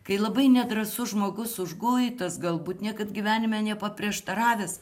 kai labai nedrąsus žmogus užguitas galbūt niekad gyvenime nepaprieštaravęs